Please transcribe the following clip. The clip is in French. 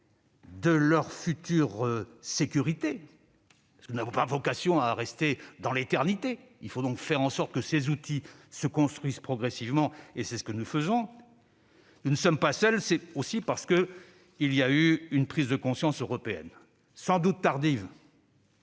de leur future sécurité. De fait, nous n'avons pas vocation à rester là-bas pour l'éternité. Il faut donc faire en sorte que ces outils se construisent progressivement : c'est ce que nous faisons. Si nous ne sommes pas seuls, c'est aussi parce qu'il y a eu une prise de conscience européenne- sans doute tardive.